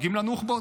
דואגים לנוח'בות.